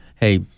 Hey